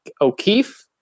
O'Keefe